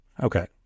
Okay